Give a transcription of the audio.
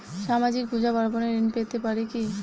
সামাজিক পূজা পার্বণে ঋণ পেতে পারে কি?